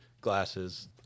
glasses